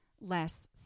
less